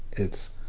it's,